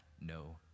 no